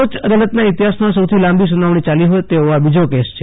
સર્વોચ્ય અદાલતના ઇતિહાસમાં સૌથી લાંબી સુનાવણી યાલી હોય તેવો આ બીજો કેસ છે